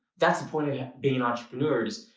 that's the point of being entrepreneurs.